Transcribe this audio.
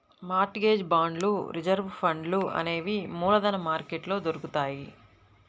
mart gauge బాండ్లు reserve ఫండ్లు అనేవి మూలధన మార్కెట్లో దొరుకుతాయ్